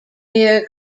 near